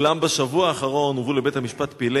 אולם בשבוע האחרון הובאו לבית-המשפט פעילי